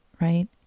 right